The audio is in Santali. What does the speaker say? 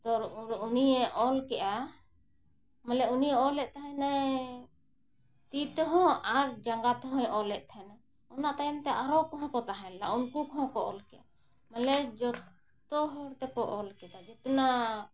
ᱛᱳ ᱩᱱᱨᱮ ᱩᱱᱤᱭᱮ ᱚᱞ ᱠᱮᱫᱼᱟ ᱢᱟᱱᱮ ᱩᱱᱤᱭᱮ ᱚᱞᱮᱫ ᱛᱟᱦᱮᱱᱟ ᱛᱤ ᱛᱮᱦᱚᱸ ᱟᱨ ᱡᱟᱸᱜᱟ ᱛᱮᱦᱚᱸᱭ ᱚᱞᱮᱫ ᱛᱟᱦᱮᱱᱟ ᱚᱱᱟ ᱛᱟᱭᱚᱢ ᱛᱮ ᱟᱨᱦᱚᱸ ᱠᱚᱦᱚᱸ ᱠᱚ ᱛᱟᱦᱮᱸ ᱞᱮᱱᱟ ᱩᱱᱠᱩ ᱠᱚᱦᱚᱸ ᱠᱚ ᱚᱞ ᱠᱮᱫᱼᱟ ᱢᱟᱱᱮ ᱡᱚᱛᱚ ᱦᱚᱲ ᱛᱮᱠᱚ ᱚᱞ ᱠᱮᱫᱟ ᱡᱚᱛᱚᱱᱟ